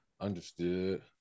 Understood